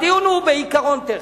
הדיון הוא בעיקרון טכני.